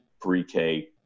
Pre-K